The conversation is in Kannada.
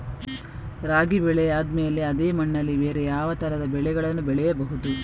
ರಾಗಿ ಬೆಳೆ ಆದ್ಮೇಲೆ ಅದೇ ಮಣ್ಣಲ್ಲಿ ಬೇರೆ ಯಾವ ತರದ ಬೆಳೆಗಳನ್ನು ಬೆಳೆಯಬಹುದು?